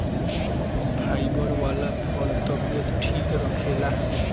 fibre वाला फल तबियत ठीक रखेला